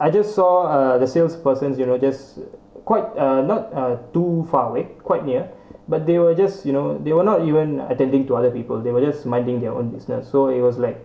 I just saw uh the salesperson you know just quite uh not uh too far away quite near but they were just you know they were not even uh attending to other people they will just minding their own business so it was like